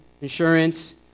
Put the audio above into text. Insurance